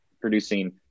producing